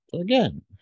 again